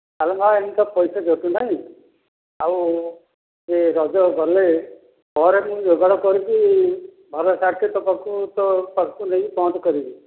ଆଲୋ ମା' ଏଇନେ ତ ପଇସା ବେଶୀ ନାହିଁ ଆଉ ଏ ରଜ ଗଲେ ପରେ ମୁଁ ଯୋଗାଡ଼ କରିକି ଭଲ ଶାଢ଼ୀଟେ ତୋ ପାଖକୁ ତୋ ପାଖକୁ ନେଇକି ପହଞ୍ଚି କରିବି